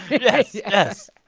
yes, yes.